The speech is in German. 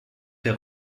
der